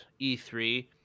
E3